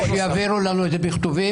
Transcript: שיעבירו לנו את זה בכתובים?